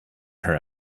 her